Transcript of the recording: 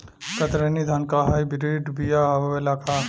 कतरनी धान क high breed बिया आवेला का?